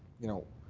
you know,